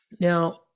now